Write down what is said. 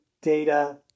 data